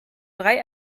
drei